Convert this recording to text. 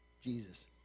Jesus